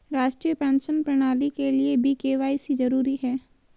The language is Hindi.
राष्ट्रीय पेंशन प्रणाली के लिए भी के.वाई.सी जरूरी है